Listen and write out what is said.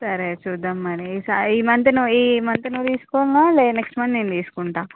సరే చూద్దాం మరి ఈసారి ఈ మంత్ నువ్వు ఈ మంత్ నువ్వు తీసుకున్న లేదా నెక్స్ట్ మంత్ నేను తీసుకుంటాను